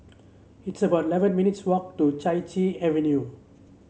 it's about eleven minutes' walk to Chai Chee Avenue